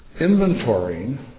inventorying